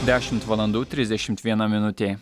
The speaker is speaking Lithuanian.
dešimt valandų trisdešimt viena minutė